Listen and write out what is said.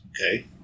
Okay